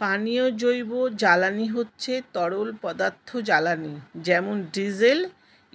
পানীয় জৈব জ্বালানি হচ্ছে তরল পদার্থ জ্বালানি যেমন ডিজেল,